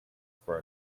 for